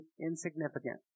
insignificant